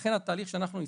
לכן התהליך שהצענו,